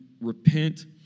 repent